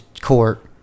court